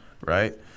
right